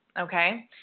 okay